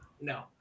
No